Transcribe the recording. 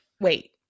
wait